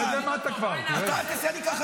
אז מה אתה כבר קורא לסדרן?